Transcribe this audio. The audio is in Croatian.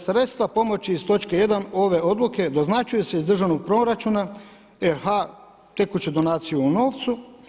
Sredstva pomoći iz točke 1. ove odluke doznačuju se iz državnog proračuna RH tekuće donacije u novcu.